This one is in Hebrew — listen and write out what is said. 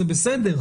זה בסדר.